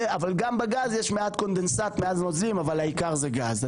אבל גם בגז יש מעט קונדנסט --- אבל העיקר זה גז.